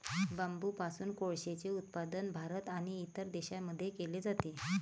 बांबूपासून कोळसेचे उत्पादन भारत आणि इतर देशांमध्ये केले जाते